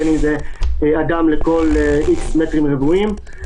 בין אם זה אדם לכל X מטרים רבועים.